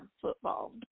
football